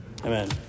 Amen